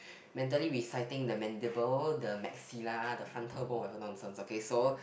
mentally reciting the mandible the maxilla the frontal bone or whatever nonsense okay so